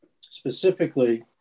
specifically